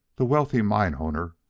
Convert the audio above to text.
the wealthy mine-owner,